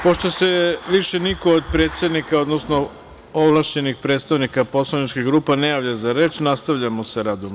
Pošto se više niko od predsednika, odnosno ovlašćenih predstavnika poslaničkih grupa ne javlja za reč, nastavljamo sa radom.